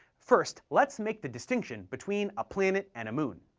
first, let's make the distinction between a planet and a moon.